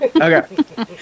Okay